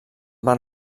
van